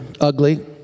ugly